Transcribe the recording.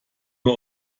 nur